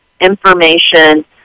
information